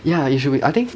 ya it should be I think